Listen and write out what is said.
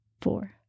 Four